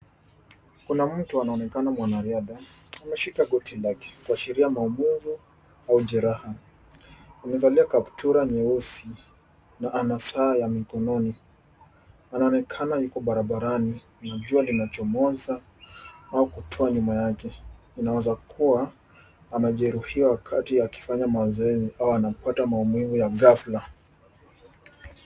Kuna mtu anaonekana mwanariadha, ameshika goti lake kuashiria maumivu au jeraha. Amevalia kaptura nyeusi na ana saa ya mikononi. Anaonekana yuko barabarani. Na jua linachomoza au kutua nyuma yake. Inaweza kuwa, amejeruhiwa wakati akifanya mazoezi au anapata maumivu ya ghafla.